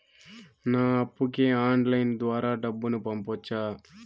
నా అప్పుకి ఆన్లైన్ ద్వారా డబ్బును పంపొచ్చా